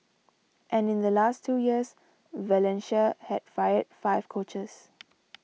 and in the last two years Valencia had fired five coaches